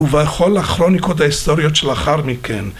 ובכל הכרוניקות ההיסטוריות שלאחר מכן.